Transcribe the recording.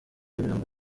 imirambo